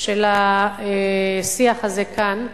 של השיח הזה כאן,